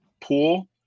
pool